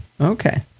Okay